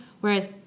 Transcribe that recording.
Whereas